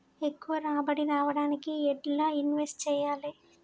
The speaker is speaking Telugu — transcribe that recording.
ఎక్కువ రాబడి రావడానికి ఎండ్ల ఇన్వెస్ట్ చేయాలే?